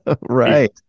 Right